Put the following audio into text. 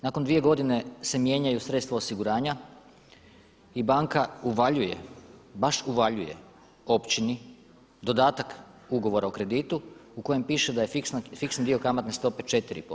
Nakon dvije godine se mijenjaju sredstva osiguranja i banka uvaljuje, baš uvaljuje općini dodatak ugovora o kreditu u kojem piše da je fiksni dio kamatne stope 4%